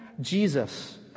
Jesus